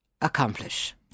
accomplish